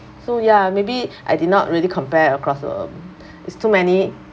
so ya maybe I did not really compare across um it's too many